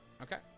Okay